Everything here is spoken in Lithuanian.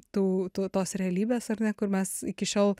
tų tų tos realybės ar ne kur mes iki šiol